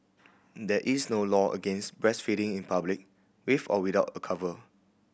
there is no law against breastfeeding in public with or without a cover